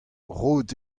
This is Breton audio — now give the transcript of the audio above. roet